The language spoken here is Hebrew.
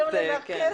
מניסיון.